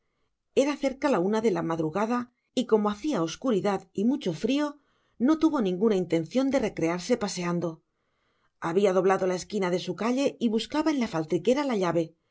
era cerca la una de la madrugada y como hacia obscuridad y mucho frio no tuvo ninguna intencion de recrearse paseando habia doblado la esquina de su calle y buscaba en la faltriquera la llave